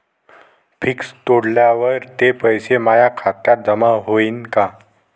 Fix तोडल्यावर ते पैसे माया खात्यात जमा होईनं का?